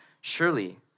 surely